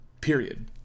Period